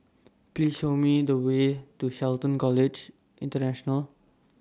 Please Show Me The Way to Shelton College International